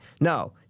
No